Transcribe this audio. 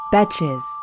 Betches